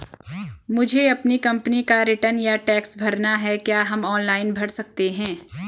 मुझे अपनी कंपनी का रिटर्न या टैक्स भरना है क्या हम ऑनलाइन भर सकते हैं?